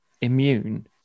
immune